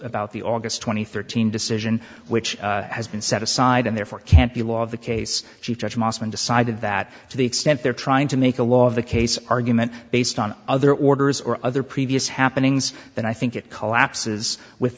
about the august twenty third team decision which has been set aside and therefore can't be a law of the case she judge mossman decided that to the extent they're trying to make a law of the case argument based on other orders or other previous happenings then i think it collapses with